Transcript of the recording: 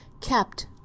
kept